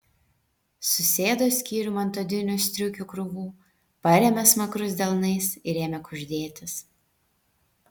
susėdo skyrium ant odinių striukių krūvų parėmė smakrus delnais ir ėmė kuždėtis